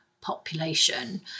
population